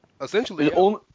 Essentially